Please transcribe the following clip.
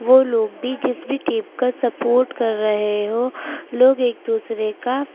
وہ لوگ بھی جس بھی ٹیم کا سپورٹ کر رہے ہوں لوگ ایک دوسرے کا